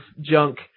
junk